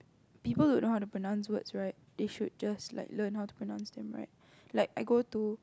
people don't know how to pronounce words right they should just like learn how to pronounce them right like I go to